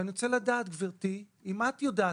אני רוצה לדעת גברתי אם את יודעת,